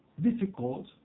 difficult